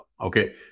okay